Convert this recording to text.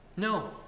No